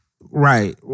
Right